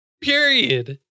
Period